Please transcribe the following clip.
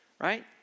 right